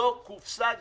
זו קופסה גירעונית,